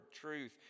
truth